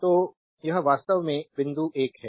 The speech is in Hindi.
स्लाइड टाइम देखें 0020 तो यह वास्तव में बिंदु 1 है